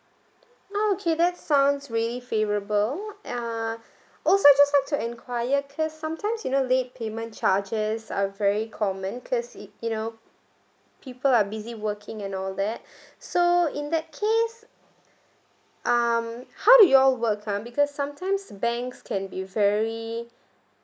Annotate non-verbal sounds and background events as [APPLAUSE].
okay that sounds really favourable uh also just like to enquire cause sometimes you know late payment charges are very common cause it you know people are busy working and all that [BREATH] so in that case um how do you all work ah because sometimes banks can be very